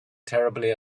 terribly